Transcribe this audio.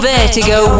Vertigo